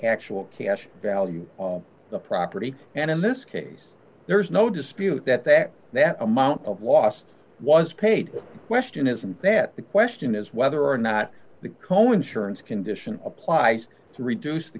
actual cash value of the property and in this case there is no dispute that that that amount of loss was paid question isn't that the question is whether or not the co insurance condition applies to reduce the